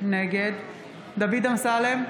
נגד דוד אמסלם,